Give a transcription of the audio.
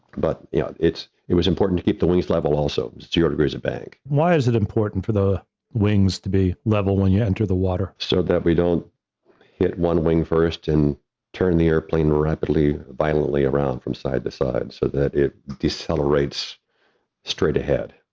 yeah it's it was important to keep the wings level also, zero degrees of panic. why is it important for the wings to be level when you enter the water? so that we don't hit one wing first and turn the airplane rapidly violently around from side to side so that it decelerates straight ahead.